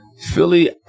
Philly